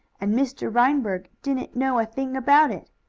and mr. reinberg didn't know a thing about it.